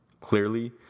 Clearly